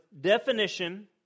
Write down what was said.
definition